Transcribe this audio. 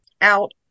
out